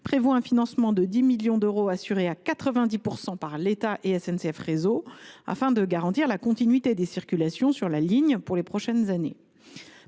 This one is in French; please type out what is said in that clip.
prévoit un financement de 10 millions d’euros assuré à 90 % par l’État et SNCF Réseau afin de garantir la continuité des circulations sur la ligne pour les prochaines années.